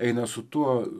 eina su tuo